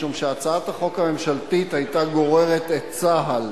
משום שהצעת החוק הממשלתית היתה גוררת את צה"ל